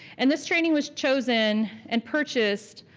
and this training was chosen and purchased